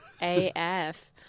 AF